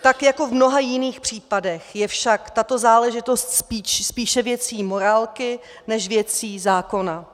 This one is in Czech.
Tak jako v mnoha jiných případech je však tato záležitost spíše věcí morálky než věcí zákona.